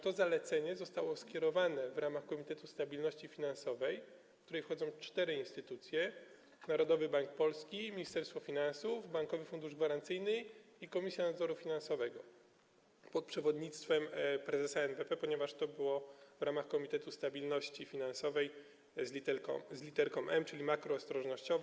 To zalecenie zostało skierowane w ramach Komitetu Stabilności Finansowej, gdzie wchodzą cztery instytucje: Narodowy Bank Polski, Ministerstwo Finansów, Bankowy Fundusz Gwarancyjny i Komisja Nadzoru Finansowego, pod przewodnictwem prezesa NBP, ponieważ to było w ramach Komitetu Stabilności Finansowej z literką „M”, czyli „makroostrożnościowy”